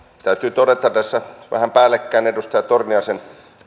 täytyy todeta tässä vähän päällekkäin edustaja torniaisen